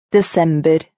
December